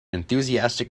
enthusiastic